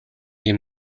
him